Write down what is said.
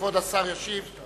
כבוד השר ישיב.